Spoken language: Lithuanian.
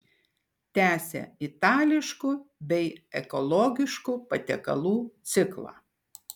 tęsia itališkų bei ekologiškų patiekalų ciklą